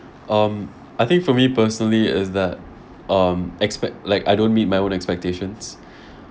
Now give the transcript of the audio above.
um I think for me personally is that um expect like I don't meet my own expectations